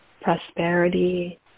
prosperity